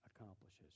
accomplishes